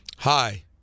Hi